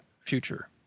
future